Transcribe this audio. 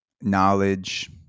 knowledge